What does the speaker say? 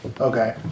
Okay